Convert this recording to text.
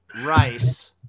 Rice